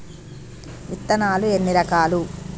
విత్తనాలు ఎన్ని రకాలు?